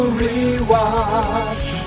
rewatch